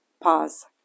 Pause